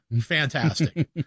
fantastic